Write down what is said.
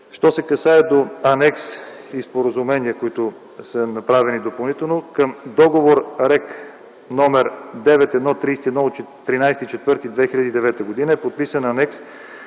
Що се касае до анекс и споразумение, които са направени допълнително, към Договор рег. № 9131 от 13.04.2009 г. е подписан анекс